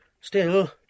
Still